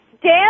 Dan